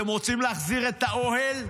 אתם רוצים להחזיר את האוהל?